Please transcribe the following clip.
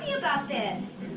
about this.